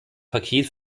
paket